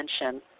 attention